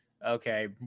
Okay